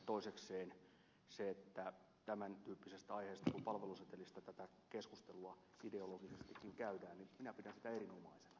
toisekseen sitä että tämän tyyppisestä aiheesta kuin palvelusetelistä tätä keskustelua ideologisestikin käydään minä pidän erinomaisena